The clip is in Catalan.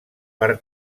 per